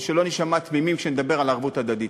ושלא נישמע תמימים כשנדבר על ערבות הדדית.